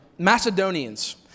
Macedonians